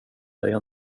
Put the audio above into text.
dig